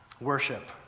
Worship